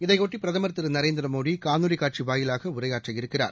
இதையொட்டிபிரதமர் திருநரேந்திரமோடிகாணொலிகாட்சிவாயிலாகஉரையாற்றவிருக்கிறார்